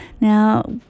Now